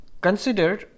Consider